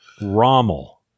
Rommel